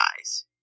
eyes